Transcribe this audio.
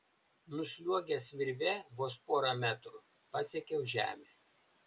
nusliuogęs virve vos porą metrų pasiekiau žemę